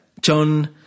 John